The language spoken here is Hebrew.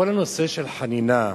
כל הנושא של חנינה,